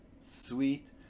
sweet